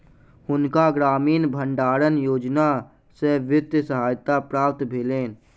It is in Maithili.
हुनका ग्रामीण भण्डारण योजना सॅ वित्तीय सहायता प्राप्त भेलैन